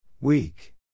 Weak